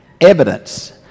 evidence